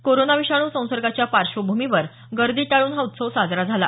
corona विषाणू संसर्गाच्या पार्श्वभूमीवर गर्दी टाळून हा उत्सव साजरा झाला